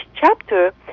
chapter